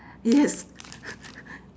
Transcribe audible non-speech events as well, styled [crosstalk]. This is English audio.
yes [noise]